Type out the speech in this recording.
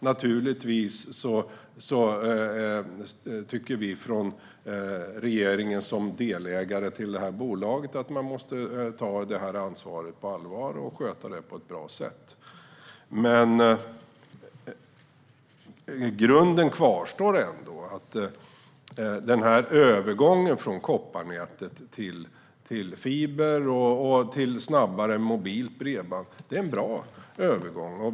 Naturligtvis tycker vi från regeringen, som delägare i detta bolag, att man måste ta detta ansvar på allvar och sköta det på ett bra sätt. I grunden kvarstår ändå att denna övergång från kopparnätet till fiber och till snabbare mobilt bredband är en bra övergång.